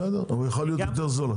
בסדר, אבל הוא יכול להיות יותר זול.